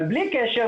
אבל בלי קשר,